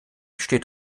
steht